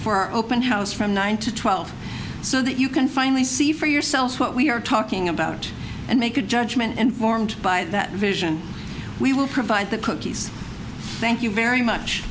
our open house from nine to twelve so that you can finally see for yourselves what we are talking about and make a judgment informed by that vision we will provide the cookies thank you very much